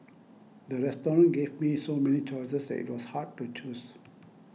the restaurant gave me so many choices that it was hard to choose